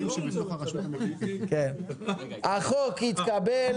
החוק התקבל.